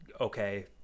okay